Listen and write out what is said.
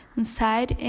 inside